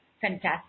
Fantastic